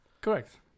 correct